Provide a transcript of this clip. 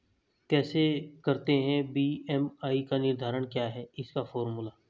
कैसे करते हैं बी.एम.आई का निर्धारण क्या है इसका फॉर्मूला?